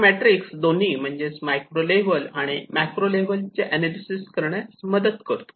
हा मॅट्रिक्स दोन्ही म्हणजेच मायक्रो लेव्हल आणि मॅक्रो लेव्हल चे एनालिसिस करण्यास मदत करतो